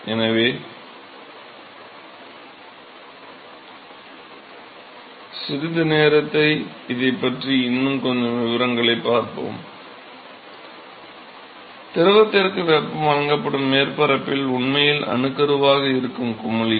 எனவே சிறிது நேரத்தில் இதைப் பற்றி இன்னும் கொஞ்சம் விவரங்களைப் பார்ப்போம் திரவத்திற்கு வெப்பம் வழங்கப்படும் மேற்பரப்பில் உண்மையில் அணுக்கருவாக இருக்கும் குமிழ்கள்